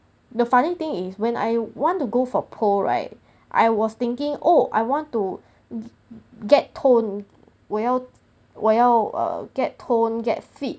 the funny thing is when I want to go for pole right I was thinking oh I want to get tone 我要我要 err get tone get fit